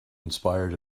inspired